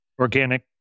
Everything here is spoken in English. Organic